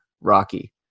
Rocky